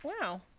wow